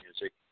music